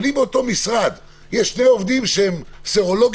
אבל אם באותו משרד יש שני עובדים שהם סרולוגית